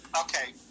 Okay